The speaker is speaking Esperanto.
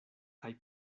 kaj